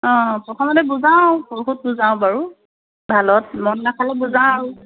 অঁ প্ৰথমতে বুজাওঁ বহুত বুজাওঁ বাৰু ভালত মদ নাখালে বুজাওঁ আৰু